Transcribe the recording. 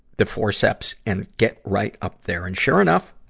the forceps and get right up there. and sure enough,